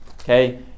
Okay